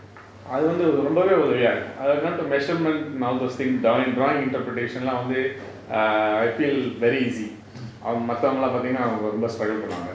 அது வந்து ரொம்பவே உதவியா இருக்கும்:athu vanthu rombavae uthaviya irukum I got the measurement all those things down and drawing interpretation leh வந்து:vanthu err I feel very easy மத்தவங்கல்லாம் பாதிங்கன்னா ரொம்ப:mathavangalaam paathinganna romba struggle பண்ணுவாங்கே:pannuvangae